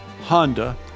Honda